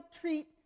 treat